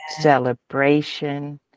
celebration